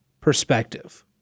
perspective